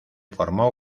formó